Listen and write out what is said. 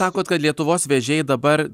sakot kad lietuvos vežėjai dabar